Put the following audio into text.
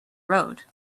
road